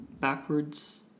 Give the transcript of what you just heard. backwards